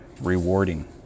rewarding